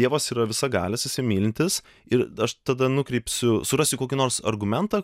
dievas yra visagalis jisai mylintis ir aš tada nukrypsiu surasiu kokį nors argumentą